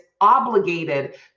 obligated